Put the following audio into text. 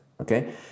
okay